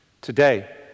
Today